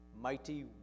mighty